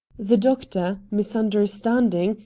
the doctor, misunderstanding,